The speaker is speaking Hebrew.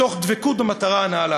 מתוך דבקות במטרה הנעלה